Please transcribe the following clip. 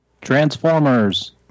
Transformers